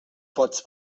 pots